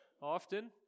often